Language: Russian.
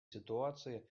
ситуаций